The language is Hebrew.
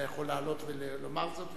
אתה יכול לעלות ולומר זאת.